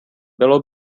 bylo